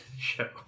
show